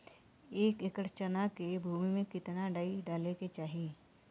एक एकड़ चना के भूमि में कितना डाई डाले के चाही?